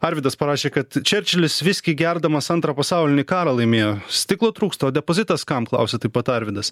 arvydas parašė kad čerčilis viskį gerdamas antrą pasaulinį karą laimėjo stiklo trūksta o depozitas kam klausia taip pat arvydas